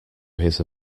his